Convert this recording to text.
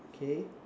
okay